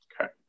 Okay